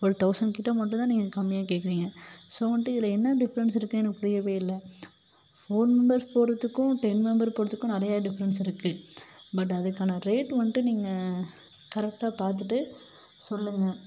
ஒரு தொளசண்ட் கிட்ட மட்டும் தான் நீங்கள் கம்மியாக கேட்குறீங்க ஸோ வந்துட்டு இதில் என்ன டிஃபரன்ஸ் இருக்குது எனக்கு புரியவே இல்லை ஃபோர் மெம்பர் போகிறத்துக்கும் டென் மெம்பர் போகிறத்துக்கும் நிறையா டிஃபரண்ஸ் இருக்குது பட் அதுக்கான ரேட் வந்துட்டு நீங்கள் கரெக்ட்டாக பார்த்துட்டு சொல்லுங்கள்